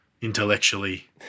intellectually